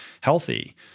healthy